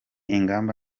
ingamba